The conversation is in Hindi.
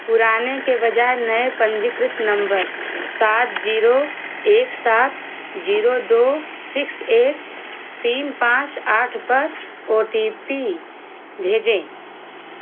पुराने के बजाय नए पंजीकृत नम्बर सात जीरो एक सात जीरो दो सिक्स एक तीन पाँच आठ पर ओ टी पी भेजें